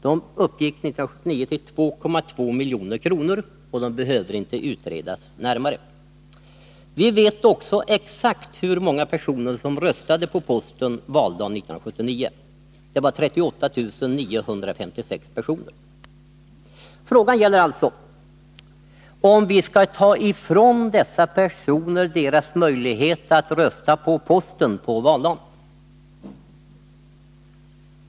Den uppgick 1979 till 2,2 milj.kr., och det behövs inte utredas närmare. Vi vet också exakt hur många personer som röstade på posten valdagen 1979. Det var 38 956 personer. Frågan gäller alltså om vi skall ta ifrån dessa personer deras möjlighet att rösta på posten på valdagen.